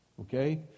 Okay